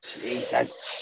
Jesus